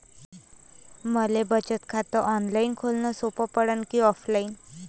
मले बचत खात ऑनलाईन खोलन सोपं पडन की ऑफलाईन?